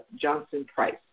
Johnson-Price